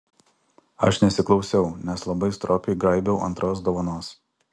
aš nesiklausiau nes labai stropiai graibiau antros dovanos